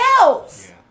else